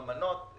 אמנות,